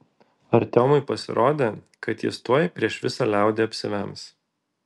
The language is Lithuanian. artiomui pasirodė kad jis tuoj prieš visą liaudį apsivems